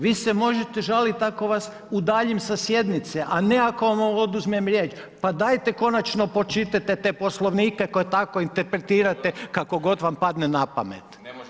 Vi se možete žaliti ako vas udaljim sa sjednice, a ne ako vam oduzmem riječ, pa dajte konačno pročitajte te Poslovnike koje tako interpretirati kako god vam padne na pamet.